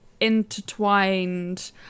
intertwined